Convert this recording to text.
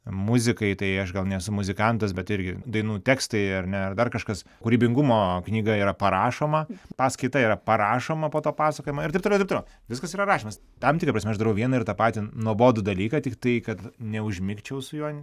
muzikai tai aš gal nesu muzikantas bet irgi dainų tekstai ar ne ar dar kažkas kūrybingumo knyga yra parašoma paskaita yra parašoma po to pasakojama ir taip toliau taip toliau viskas yra rašymas tam tikra prasme aš darau vieną ir tą patį nuobodų dalyką tiktai kad neužmigčiau su juo